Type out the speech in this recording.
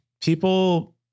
people